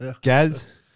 Gaz